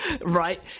Right